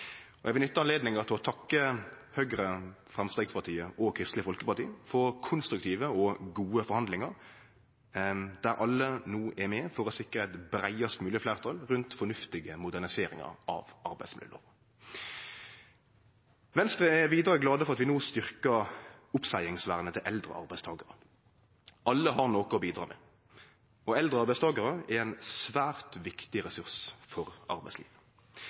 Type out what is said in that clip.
fleirtal. Eg vil nytte anledninga til å takke Høgre, Framstegspartiet og Kristeleg Folkeparti for konstruktive og gode forhandlingar, der alle no er med for å sikre eit breiast mogleg fleirtal rundt fornuftige moderniseringar av arbeidsmiljølova. Venstre er vidare glad for at vi no styrkjer oppseiingsvernet til eldre arbeidstakarar. Alle har noko å bidra med. Eldre arbeidstakarar er ein svært viktig ressurs for arbeidslivet.